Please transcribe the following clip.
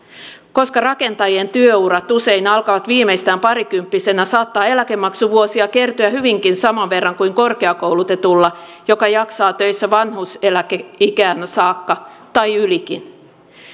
koska rakentajien työurat usein alkavat viimeistään parikymppisenä saattaa eläkemaksuvuosia kertyä hyvinkin saman verran kuin korkeakoulutetulla joka jaksaa töissä vanhuuseläkeikään saakka tai ylikin